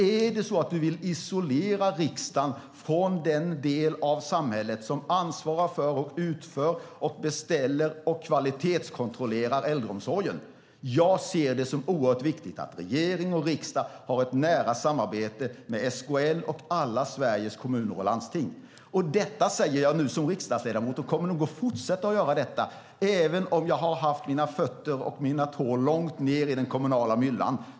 Är det så att hon vill isolera riksdagen från den del av samhället som ansvarar för, utför, beställer och kvalitetskontrollerar äldreomsorgen? Jag ser det som oerhört viktigt att regering och riksdag har ett nära samarbete med SKL och alla Sveriges kommuner och landsting. Detta säger jag som riksdagsledamot, och det kommer jag nog att fortsätta göra. Jag har haft mina fötter och tår långt ned i den kommunala myllan.